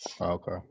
okay